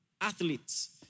athletes